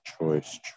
choice